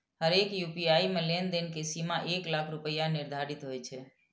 हरेक यू.पी.आई मे लेनदेन के सीमा एक लाख रुपैया निर्धारित होइ छै